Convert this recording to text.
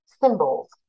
symbols